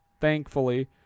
thankfully